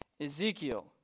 Ezekiel